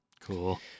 Cool